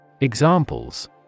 Examples